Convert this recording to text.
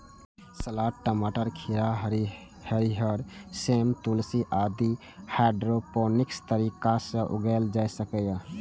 सलाद, टमाटर, खीरा, हरियर सेम, तुलसी आदि हाइड्रोपोनिक्स तरीका सं उगाएल जा सकैए